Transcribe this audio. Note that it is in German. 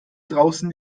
draußen